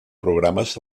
programes